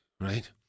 right